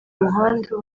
muhanda